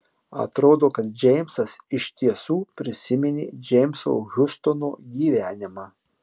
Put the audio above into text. atrodo kad džeimsas iš tiesų prisiminė džeimso hiustono gyvenimą